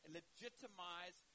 legitimize